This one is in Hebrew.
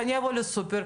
שאני אבוא לסופר,